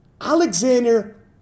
Alexander